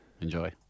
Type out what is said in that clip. Enjoy